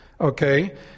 okay